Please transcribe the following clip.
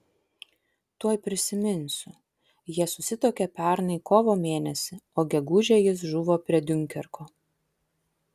tuoj prisiminsiu jie susituokė pernai kovo mėnesį o gegužę jis žuvo prie diunkerko